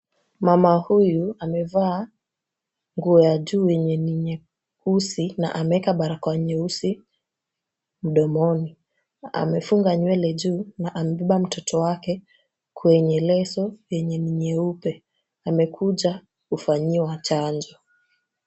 Mama huyu amevaa nguo ya juu yenye ni nyeusi na ameeka barakoa nyeusi mdomoni. Amefunga nywele juu na amebeba mtoto wake kwenye leso lenye ni nyeupe. Amekuja kufanyiwa chanjo.